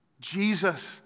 Jesus